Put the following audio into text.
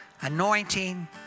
anointing